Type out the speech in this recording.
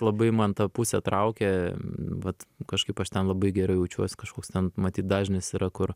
labai man ta pusė traukė vat kažkaip aš ten labai gerai jaučiuosi kažkoks ten matyt dažnis yra kur